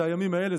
זה הימים האלה,